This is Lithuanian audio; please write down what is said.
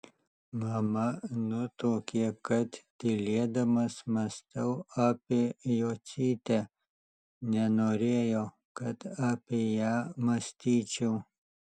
mama nutuokė kad tylėdamas mąstau apie jocytę nenorėjo kad apie ją mąstyčiau